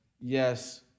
yes